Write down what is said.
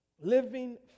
Living